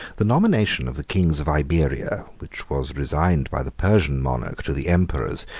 the nomination of the kings of iberia, which was resigned by the persian monarch to the emperors,